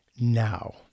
now